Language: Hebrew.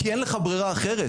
כי אין לך ברירה אחרת.